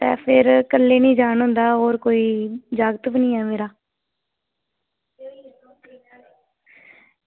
ते फिर कल्लै निं जाना होंदा होर कोई जागत बी निं ऐ मेरा